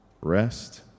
rest